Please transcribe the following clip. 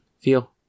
feel